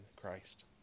Christ